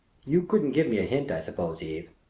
you couldn't give me a hint, i suppose, eve?